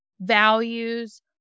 values